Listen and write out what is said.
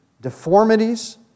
deformities